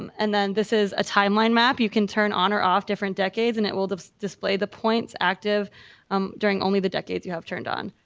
um and then this is a timeline map, you can turn on or off different decades and it will display the points active um during only the decades you have turned on.